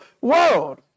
world